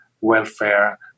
welfare